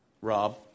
Rob